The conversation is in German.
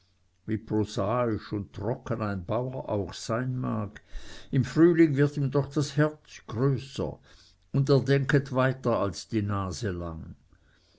prosaisch und trocken ein bauer auch sein mag im frühling wird ihm doch das herz größer und er denket weiter als die nase lang